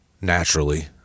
naturally